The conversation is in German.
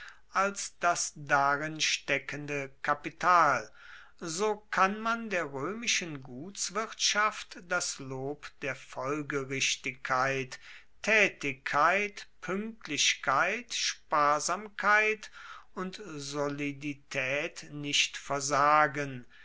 als das darin steckende kapital so kann man der roemischen gutswirtschaft das lob der folgerichtigkeit taetigkeit puenktlichkeit sparsamkeit und soliditaet nicht versagen